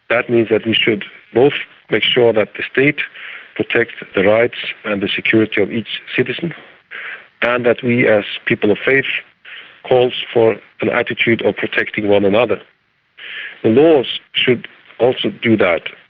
that means that we and should both make sure that the state protects the rights and the security of each citizen and that we as people of faith calls for an attitude of protecting one another. the laws should also do that.